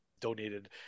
donated